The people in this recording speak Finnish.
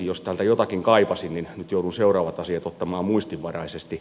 jos täältä jotakin kaipasin niin nyt joudun seuraavat asiat ottamaan muistinvaraisesti